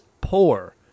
poor